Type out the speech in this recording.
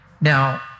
Now